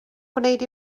gwneud